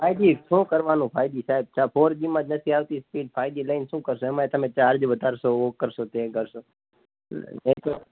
five G શું કરવાનું સાહેબ ફાઈવજી આ ફોરજીમાં જ નથી આવતી સ્પીડ ફાઇવજી લઇને શું કરશું આમાં તમે ચાર્જ વધારશો વો કરશો તે કરશો